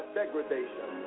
degradation